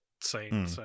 scene